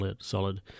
solid